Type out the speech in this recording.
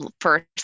first